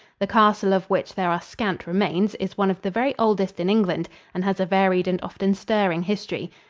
the castle, of which there are scant remains, is one of the very oldest in england and has a varied and often stirring history.